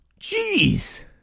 Jeez